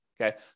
Okay